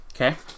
Okay